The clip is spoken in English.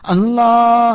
Allah